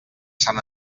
sant